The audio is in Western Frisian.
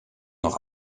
noch